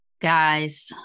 Guys